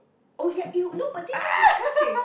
oh yuck !eww! no but that's just disgusting